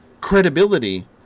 credibility